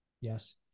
yes